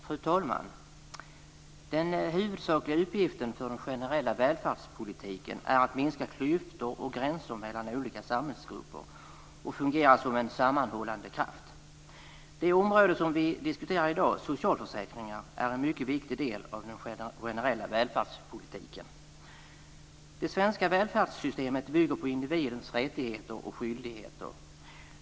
Fru talman! Den huvudsakliga uppgiften för den generella välfärdspolitiken är att minska klyftor och gränser mellan olika samhällsgrupper och fungera som en sammanhållande kraft. Det område som vi diskuterar i dag, socialförsäkringar, är en mycket viktig del av den generella välfärdspolitiken. Det svenska välfärdssystemet bygger på individens rättigheter och skyldigheter.